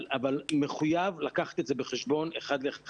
אבל מחויב לקחת את זה בחשבון אחד לאחד